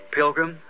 pilgrim